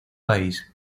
país